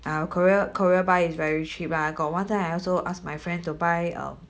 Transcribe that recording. ah Korea Korea buy is very cheap ah got one time I also ask my friend to buy um